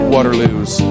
Waterloos